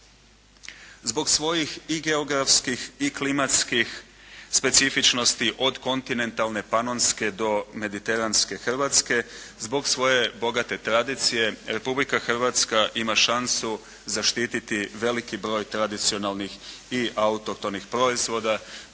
Zbog svojih i geografskih i klimatskih specifičnosti od kontinentalne, panonske do mediteranske Hrvatske, zbog svoje bogate tradicije Republika Hrvatska ima šansu zaštititi veliki broj tradicionalnih i autohtonih proizvoda.